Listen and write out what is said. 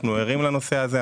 אנחנו ערים לנושא הזה.